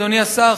אדוני השר,